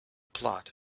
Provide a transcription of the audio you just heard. plot